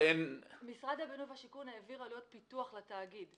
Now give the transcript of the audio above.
משרד הבינוי והשיכון העביר עלויות פיתוח לתאגיד.